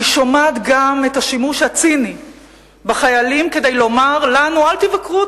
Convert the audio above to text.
אני שומעת גם את השימוש הציני בחיילים כדי לומר לנו: אל תבקרו,